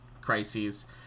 crises